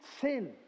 sin